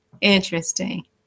interesting